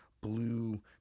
blue